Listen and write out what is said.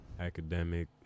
academic